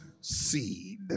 seed